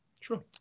Sure